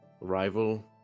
Rival